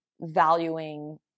valuing